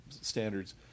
standards